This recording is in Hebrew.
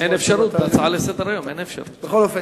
אין אפשרות.